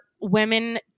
women